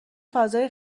فضای